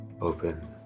Open